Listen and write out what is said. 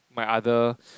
my other